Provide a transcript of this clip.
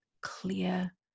clear